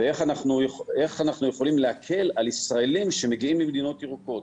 ואיך אנחנו יכולים להקל על ישראלים שמגיעים ממדינות ירוקות.